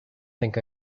think